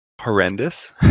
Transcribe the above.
horrendous